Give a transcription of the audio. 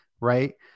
right